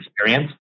experience